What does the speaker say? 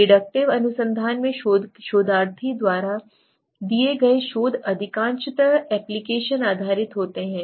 deductive अनुसंधान में शोधार्थी द्वारा किए गए शोध अधिकांशत है एप्लीकेशन आधारित होते हैं